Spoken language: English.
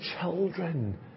children